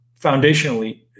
foundationally